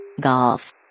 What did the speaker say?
Golf